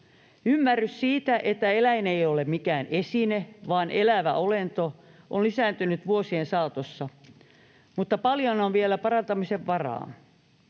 Ymmärrys siitä, että eläin ei ole mikään esine vaan elävä olento, on lisääntynyt vuosien saatossa, mutta paljon on vielä parantamisen varaa.